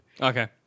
Okay